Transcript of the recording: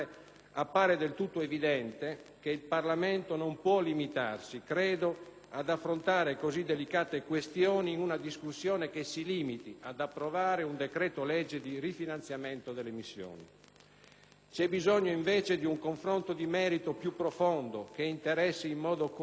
ad affrontare così delicate questioni in una discussione che si limiti ad approvare un decreto‑legge di rifinanziamento delle missioni. Vi è bisogno, invece, di un confronto di merito più profondo, che interessi in modo compiuto tutti gli aspetti politici riguardanti il nostro impegno internazionale,